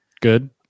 Good